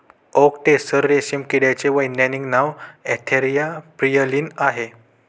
okay tasar रेशीम किड्याचे वैज्ञानिक नाव अँथेरिया प्रियलीन आहे